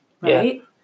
Right